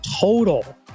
total